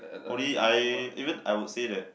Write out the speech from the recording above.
only I even I would say that